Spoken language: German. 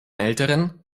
älteren